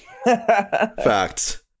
Facts